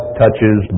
touches